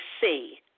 see